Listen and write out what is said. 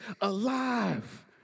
alive